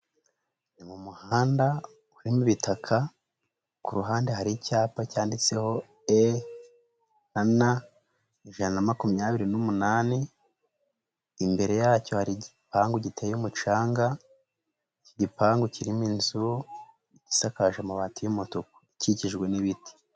Ni mu muhanda urimo ibitaka, ku ruhande hari icyapa cyanditseho E na N ijana makumyabiri n'umunani, imbere yacyo hari igipangu giteye umucanga igipangu kirimo inzu isakaje amabati y'umutuku ikikijwe n'ibiti.